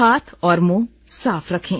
हाथ और मुंह साफ रखें